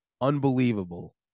Unbelievable